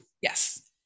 yes